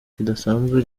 kidasanzwe